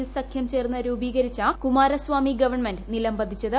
S സഖ്യം ചേർന്ന് രൂപീകരിച്ച കുമാരസ്വാമി ഗവൺമെന്റ് നിലം പതിച്ചത്